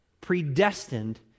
predestined